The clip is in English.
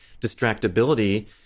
distractibility